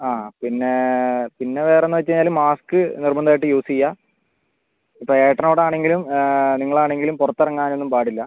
ആ പിന്നെ പിന്നെ വേറെന്ന് വെച്ചുകഴിഞ്ഞാൽ മാസ്ക് നിർബന്ധമായിട്ടും യൂസ് ചെയ്യാ പിന്നെ ഏട്ടനോടാണെങ്കിലും നിങ്ങളാണെങ്കിലും പുറത്തിറങ്ങാൻ ഒന്നും പാടില്ല